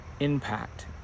impact